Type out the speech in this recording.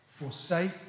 forsake